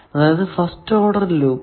അതായതു first order loop